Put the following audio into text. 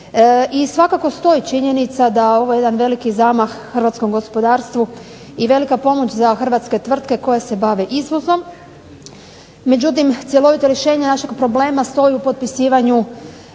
I svakako stoji činjenica da ovo je jedan veliki zamah Hrvatskom gospodarstvu i velika pomoć za Hrvatske tvrtke koje se bave izvozom, međutim, cjelovito rješenje našeg problema stoji u potpisivanju